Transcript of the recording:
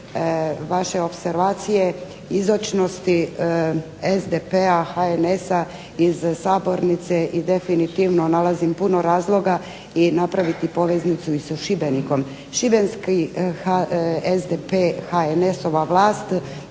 vaše opservacije izočnosti SDP-a, HNS-a iz sabornice i definitivno nalazim puno razloga i napraviti poveznicu i sa Šibenikom. Šibenski SDP, HNS-ova vlast